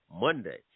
Monday